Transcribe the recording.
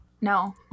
No